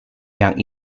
yang